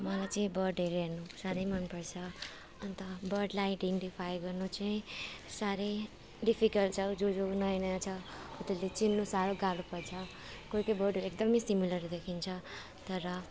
मलाई चाहिँ बर्डहरू हेर्नु साह्रै मनपर्छ अन्त बर्डलाई आइडेन्टिफाई गर्नु चाहिँ साह्रै डिफिकल्ट छ जो जो नयाँ नयाँ छ हो त्यसले चिन्नु साह्रो गाह्रो पर्छ कोही कोही बर्डहरू एकदम सिमिलर देखिन्छ तर